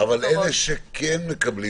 אלה שכן מקבלים